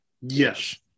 Yes